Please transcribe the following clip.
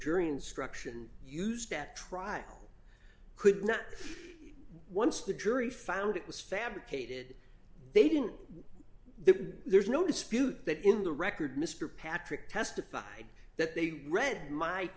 jury instruction used at trial could not once the jury found it was fabricated they didn't they there's no dispute that in the record mr patrick testified that they read